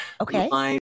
Okay